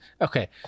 Okay